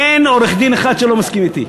אין עורך-דין אחד שלא מסכים אתי.